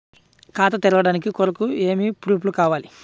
ఖాతా తెరవడం కొరకు ఏమి ప్రూఫ్లు కావాలి?